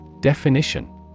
Definition